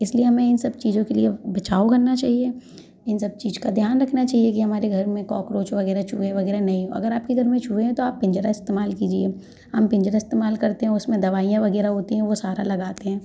इसलिए हमें इन सब चीज़ों के लिए बचाव करना चाहिए इन सब चीज का ध्यान रखना चाहिए कि हमारे घर में कोक्रोच वगैरह चूहे वगैरह नहीं हो अगर आपके घर में चूहें हैं तो आप पिंजरा इस्तेमाल कीजिए हम पिंजरा इस्तेमाल करते हैं और उसमें दवाइयाँ वगैरह होती हैं वो सारा लगाते हैं